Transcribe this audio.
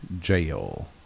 jail